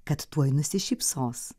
kad tuoj nusišypsos